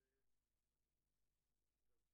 כ"ב